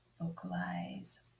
vocalize